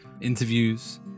interviews